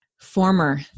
Former